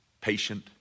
patient